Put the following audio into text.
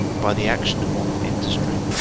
by the action of modern industry,